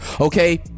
Okay